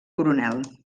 coronel